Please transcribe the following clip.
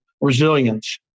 resilience